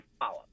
follow